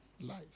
life